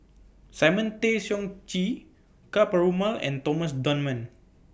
Simon Tay Seong Chee Ka Perumal and Thomas Dunman